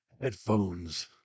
Headphones